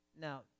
Now